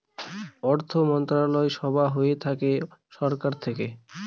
অর্থমন্ত্রণালয় সভা হয় সরকার থেকে